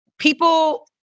People